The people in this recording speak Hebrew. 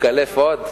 לקלף עוד?